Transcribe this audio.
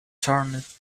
turned